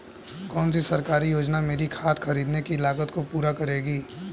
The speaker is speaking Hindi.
कौन सी सरकारी योजना मेरी खाद खरीदने की लागत को पूरा करेगी?